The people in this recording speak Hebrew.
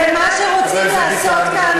ומה שרוצים לעשות כאן,